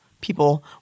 people